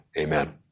Amen